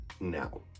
now